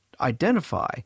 identify